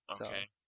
Okay